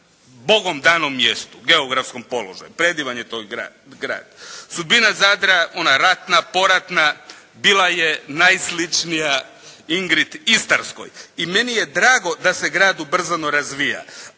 Bogom danom mjestu geografskom položaju, predivan je to grad. Sudbina Zadra ona ratna, poratna bila je najsličnija Ingrid istarskoj i meni je drago da se grad ubrzano razvija,